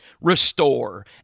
restore